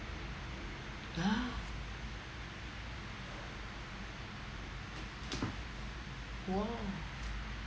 ah !whoa!